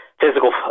physical